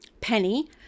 Penny